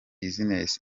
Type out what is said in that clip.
business